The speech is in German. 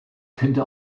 könnte